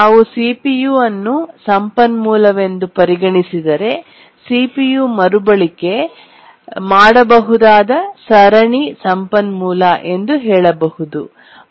ನಾವು ಸಿಪಿಯು ಅನ್ನು ಸಂಪನ್ಮೂಲವೆಂದು ಪರಿಗಣಿಸಿದರೆ ಸಿಪಿಯು ಮರುಬಳಕೆ ಮಾಡಬಹುದಾದ ಸರಣಿ ಸಂಪನ್ಮೂಲ ಎಂದು ಹೇಳಬಹುದು